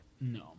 No